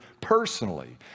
personally